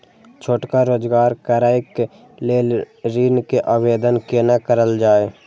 छोटका रोजगार करैक लेल ऋण के आवेदन केना करल जाय?